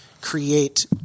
Create